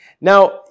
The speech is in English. Now